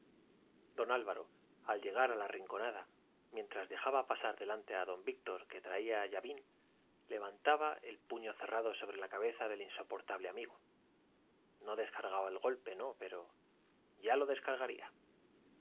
don álvaro al llegar a la rinconada mientras dejaba pasar delante a don víctor que traía llavín levantaba el puño cerrado sobre la cabeza del insoportable amigo no descargaba el golpe no pero ya lo descargaría